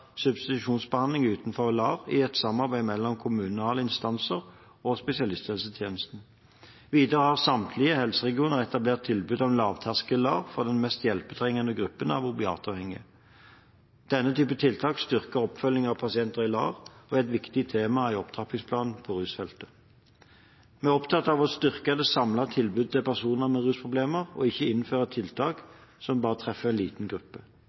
substitusjonsbehandling utenfor LAR i et samarbeid mellom kommunale instanser og spesialisthelsetjenesten. Videre har samtlige helseregioner etablert tilbud om lavterskel LAR for den mest hjelpetrengende gruppen av opiatavhengige. Denne typen tiltak styrker oppfølgingen av pasienter i LAR, og er et viktig tema i opptrappingsplanen på rusfeltet. Vi er opptatt av å styrke det samlede tilbudet til personer med rusproblemer og ikke innføre tiltak som bare treffer en liten gruppe.